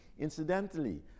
Incidentally